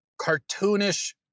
cartoonish